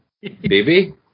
Baby